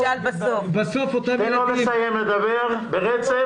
תן לו לסיים לדבר ברצף.